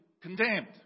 condemned